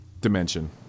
Dimension